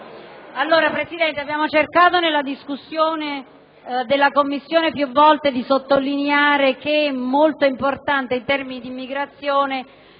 qualcosa di sensato. Abbiamo cercato nella discussione della Commissione più volte di sottolineare che è molto importante in termini di immigrazione